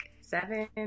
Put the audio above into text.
seven